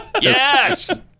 Yes